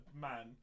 man